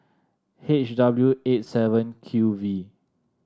H W eight seven Q V